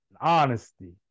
honesty